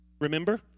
Remember